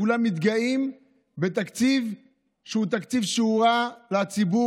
כולם מתגאים בתקציב שהוא תקציב רע לציבור,